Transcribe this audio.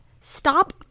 Stop